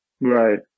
Right